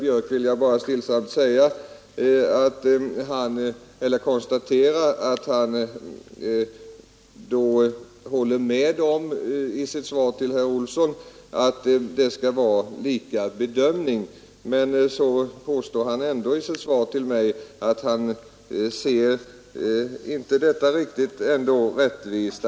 Jag vill bara helt stillsamt konstatera att herr Björk i Gävle i sin replik till herr Olsson i Kil höll med om att bedömningen 1 vara likartad Men ändå sade han i sin replik till mig att han inte ansåg det nuvarande systemet rättvist.